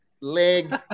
Leg